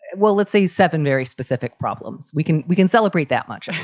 well, let's say seven very specific problems. we can we can celebrate that lunch.